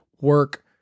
work